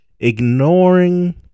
Ignoring